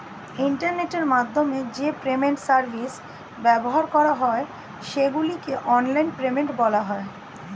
ইন্টারনেটের মাধ্যমে যে পেমেন্ট সার্ভিস ব্যবহার করা হয় সেগুলোকে অনলাইন পেমেন্ট বলা হয়